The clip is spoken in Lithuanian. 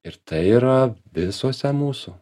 ir tai yra visuose mūsų